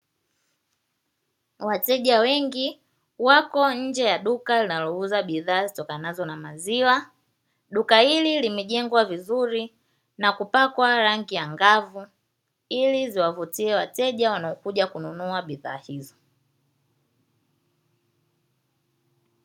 Wateja wengi wako nje ya duka linalouza bidhaa zitokazo na maziwa duka, hili limejengwa vizuri na kupakwa rangi angavu ili ziwavutie wateja wanaokuja kununua bidhaa hizo.